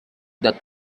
that